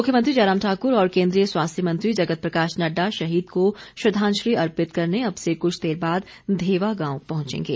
मुख्यमंत्री जयराम ठाकुर ओर केंद्रीय स्वास्थ्य मंत्री जगत प्रकाश नड्डा शहीद को श्रद्वाजंलि अर्पित करने अब से कुछ देर बाद धेवा गांव पहंचेंगे